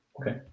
okay